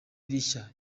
rishya